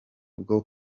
bwo